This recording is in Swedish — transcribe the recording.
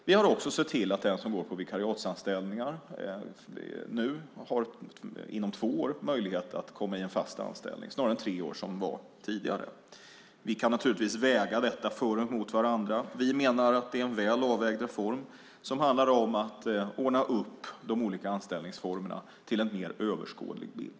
Vi har också sett till att den som går på vikariatsanställningar nu har möjlighet att inom två år komma i en fast anställning, i stället för tre år som fallet var tidigare. Vi kan naturligtvis väga dessa för och emot. Vi menar att det är en väl avvägd reform som handlar om att ordna upp de olika anställningsformerna till en mer överskådlig bild.